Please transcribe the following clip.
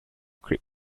grip